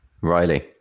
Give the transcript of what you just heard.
Riley